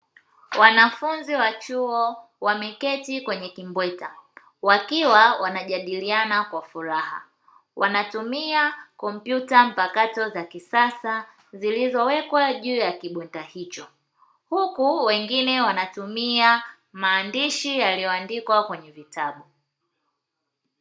Wanafunzi wa chuo wameketi kwenye kimbweta, wakiwa wanajadiliana kwa furaha. Wanatumia kompyuta mpakato za kisasa, zilizowekwa juu ya kimbweta hicho, huku wengine wanatumia maandishi yaliyoandikwa kwenye vitabu.